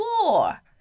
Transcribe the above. War